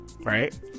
right